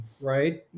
Right